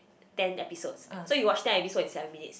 ten episodes so you watch ten episodes in seven minutes